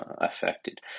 affected